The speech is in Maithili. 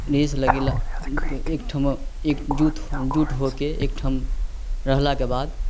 रेस लगेला तऽ एक ठाम एकजुट जुट हो कऽ एक ठाम रहलाके बाद